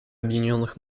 объединенных